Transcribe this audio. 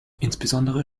insbesondere